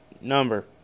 number